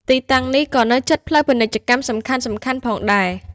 ទីតាំងនេះក៏នៅជិតផ្លូវពាណិជ្ជកម្មសំខាន់ៗផងដែរ។